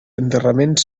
enterraments